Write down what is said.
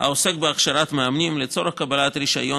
העוסק בהכשרת מאמנים לצורך קבלת רישיון